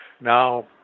Now